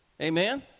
Amen